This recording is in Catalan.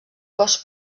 cos